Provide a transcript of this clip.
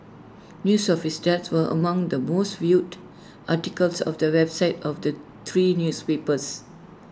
news of his death were among the most viewed articles of the websites of the three newspapers